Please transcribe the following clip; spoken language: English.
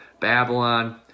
Babylon